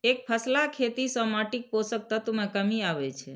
एकफसला खेती सं माटिक पोषक तत्व मे कमी आबै छै